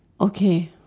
okay